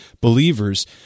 believers